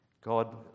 God